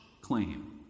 claim